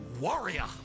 warrior